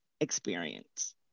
experience